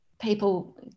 people